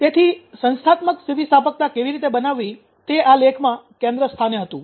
તેથી સંસ્થાત્મક સ્થિતિસ્થાપકતા કેવી રીતે બનાવવી તે આ લેખમાં કેન્દ્રસ્થાને હતું